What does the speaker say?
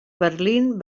berlín